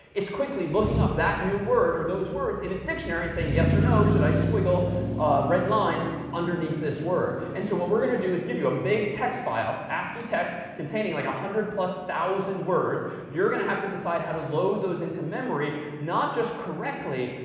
it's quickly looking up that new word or those words in its dictionary and saying, yes or no, should i squiggle a red line underneath this word. and so what we're going to do is give you a big text file, ascii text, containing one like hundred plus thousand words. you're going to have to decide how to load those into memory, not just correctly,